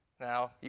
Now